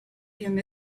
him